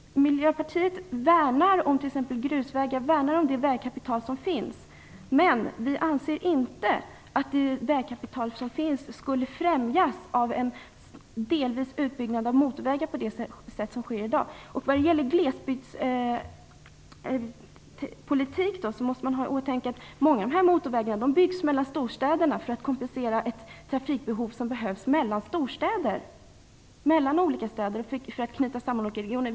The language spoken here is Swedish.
Miljöpartiet värnar om t.ex. grusvägar och det vägkapital som finns. Men vi anser inte att det vägkapital som finns främjas av en delvis utbyggnad av motorvägar på det sätt som sker i dag. När det gäller glesbygdspolitiken måste man ha i åtanke att många av motorvägarna byggs mellan storstäderna för att kompensera ett trafikbehov som finns där och för att knyta samman olika regioner.